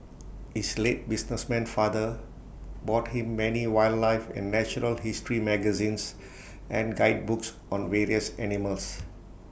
his late businessman father bought him many wildlife and natural history magazines and guidebooks on various animals